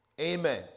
Amen